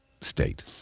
state